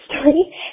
story